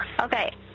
Okay